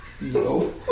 No